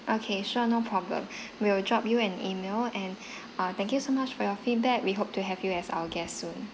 okay sure no problem we will drop you an email and err thank you so much for your feedback we hope to have you as our guest soon